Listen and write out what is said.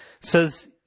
says